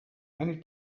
many